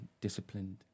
disciplined